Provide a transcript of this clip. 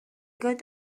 got